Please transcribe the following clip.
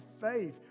faith